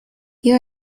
you